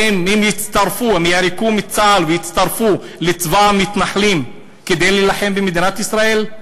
האם הם יערקו מצה"ל ויצטרפו לצבא המתנחלים כדי להילחם במדינת ישראל?